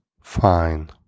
fine